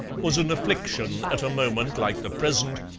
was an affliction at a moment like the present,